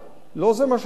לא זה מה שאני טוען,